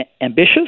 ambitious